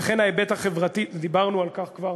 וכן ההיבט החברתי, דיברנו על כך כבר,